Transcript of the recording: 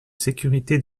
sécurité